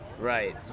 right